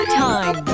time